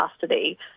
custody